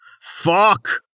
Fuck